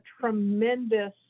tremendous